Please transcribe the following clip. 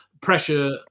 pressure